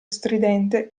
stridente